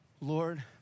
Lord